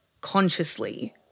consciously